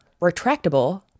retractable